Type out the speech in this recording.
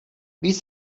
víc